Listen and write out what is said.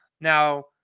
Now